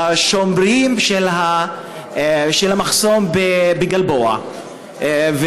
בשומרים של המחסום בגלבוע,